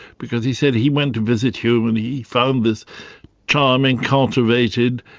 because he said he went to visit hume and he found this charming, cultivated,